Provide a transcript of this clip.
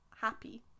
happy